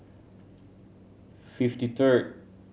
fifty third